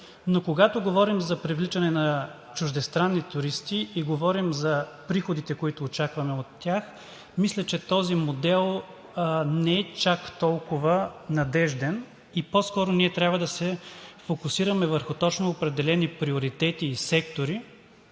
но когато говорим за привличането на чуждестранни туристи и говорим за приходите, които очакваме от тях, мисля, че този модел не е чак толкова надежден. По-скоро ние трябва да се фокусираме върху точно определени приоритети и сектори,